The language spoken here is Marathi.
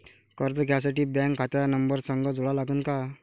कर्ज घ्यासाठी बँक खात्याचा नंबर संग जोडा लागन का?